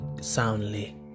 soundly